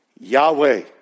Yahweh